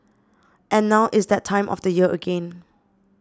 and now it's that time of the year again